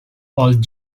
old